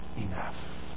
enough